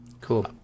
Cool